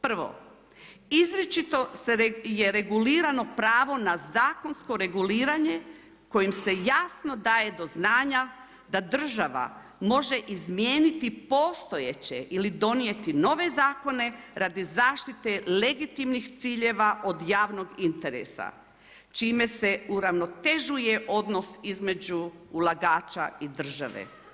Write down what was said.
Prvo izričito je regulirano pravo na zakonsko reguliranje kojim se jasno daje do znanja da država može izmijeniti postojeće ili donijeti nove zakone radi zaštite legitimnih ciljeva od javnog interesa čime se uravnotežuje odnos između ulagača i države.